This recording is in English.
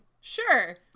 Sure